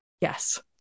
Yes